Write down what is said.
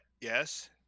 Yes